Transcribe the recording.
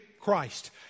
Christ